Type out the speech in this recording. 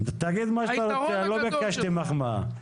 תגיד מה שאתה רוצה, אני לא ביקשתי מחמאה.